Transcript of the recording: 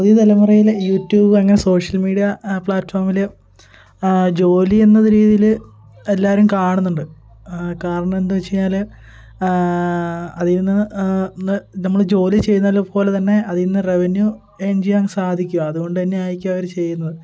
പുതിയ തലമുറയിലെ യൂട്യൂബ് അങ്ങനെ സോഷ്യൽ മീഡിയ പ്ലാറ്റഫോമിൽ ജോലി എന്ന രീതിയിൽ എല്ലാവരും കാണുന്നുണ്ട് കാരണം എന്താണെന്നു വച്ചു കഴിഞ്ഞാൽ അതിൽനിന്ന് നമ്മൾ ജോലി ചെയ്യുന്നതു പോലെ തന്നെ അതിൽനിന്ന് റെവന്യൂ ഏൺ ചെയ്യാൻ സാധിക്കും അതുകൊണ്ടുതന്നെ ആയിരിക്കും അവർ ചെയ്യുന്നത്